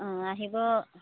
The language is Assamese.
অঁ আহিব